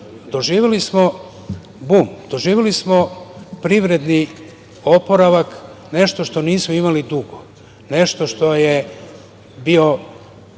doživeli smo bum, doživeli smo privredni oporavak nešto što nismo imali dugo, nešto što je bio